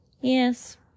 Yes